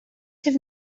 have